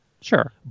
Sure